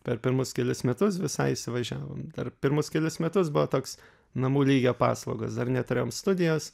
per pirmus kelis metus visai įsivažiavom per pirmus kelis metus buvo toks namų lygio paslaugos dar neturėjom studijos